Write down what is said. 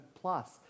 plus